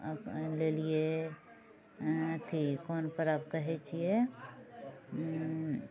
लेलियै अथी कोन पर्व कहै छियै